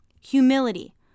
Humility